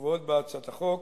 קבועות בהצעת החוק